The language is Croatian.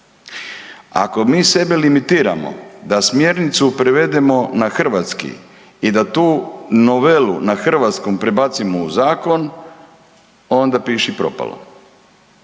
Ako mi sebe limitiramo da smjernicu prevedemo na hrvatski i da tu novelu na hrvatskom prebacimo u zakon, onda piši propalo.